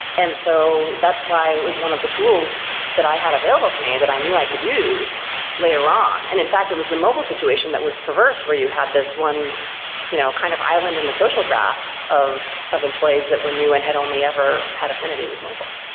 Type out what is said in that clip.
and so that's why it was one of the tools that i had available to me that i knew i could use later on. and in fact, it was the mobile situation that was perverse where you had this one you know kind of island in the social graph of of employees that were new and had only ever had affinity with mobile.